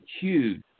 huge